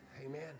Amen